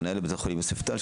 מנהלת בית החולים יוספטל,